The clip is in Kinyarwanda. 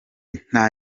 nta